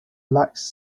lacks